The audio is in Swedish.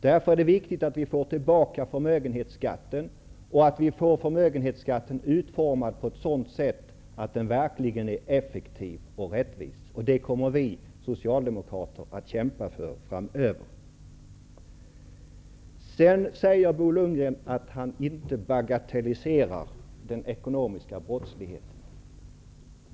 Därför är det viktigt att vi får tillbaka förmögenhetsskatten och att vi får den utformad på ett sådant sätt att den verkligen är effektiv och rättvis. Det kommer vi socialdemokrater att kämpa för framöver. Bo Lundgren säger att han inte bagatelliserar den ekonomiska brottsligheten.